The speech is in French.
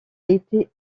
été